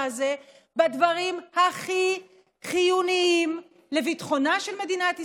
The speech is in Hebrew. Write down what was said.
הזה בדברים הכי חיוניים לביטחונה של מדינת ישראל,